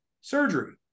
surgery